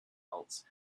else